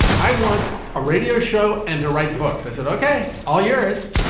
i want a radio show and to write books. i said, ok, all yours.